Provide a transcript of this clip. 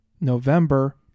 November